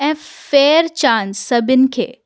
ऐं फ़ेर चांस सभिनी खे